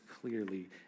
clearly